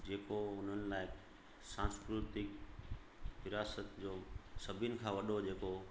जेको उनन लाइ सांस्कृतिक विरासत जो सभिनि खां वॾो जेको